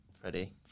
Freddie